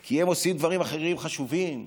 כי הם עושים דברים חשובים אחרים,